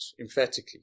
emphatically